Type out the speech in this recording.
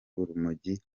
urumogi